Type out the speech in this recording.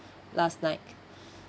last night